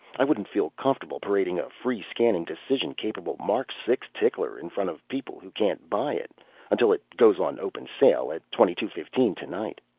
i wouldn't feel comfortable parading a free-scanning decision-capable mark six tickler in front of people who can't buy it until it goes on open sale at twenty-two fifteen tonight.